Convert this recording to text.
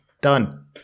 Done